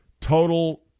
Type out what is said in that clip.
total